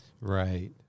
right